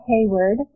Hayward